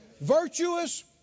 Virtuous